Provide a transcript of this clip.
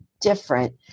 different